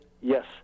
Yes